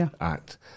act